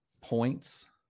points